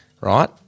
right